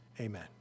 amen